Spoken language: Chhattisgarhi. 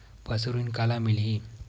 पशु ऋण काला मिलही?